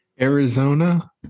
Arizona